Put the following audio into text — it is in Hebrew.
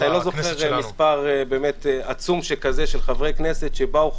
אני לא זוכר מספר עצום שכזה של חברי כנסת שבאו.